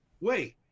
Wait